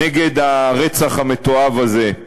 נגד הרצח המתועב הזה.